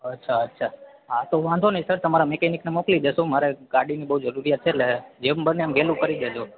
અચ્છા હા તો વાંધો નહીં સર તમારા મેકેનિકને મોકલી દેશો મારે ગાડીની બહુ જરૂરિયાત છે એટલે જેમ બને એમ વહેલું કરી દેજો